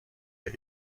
they